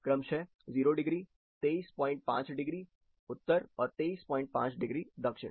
क्रमशः 0° 235° उत्तर और 235° दक्षिण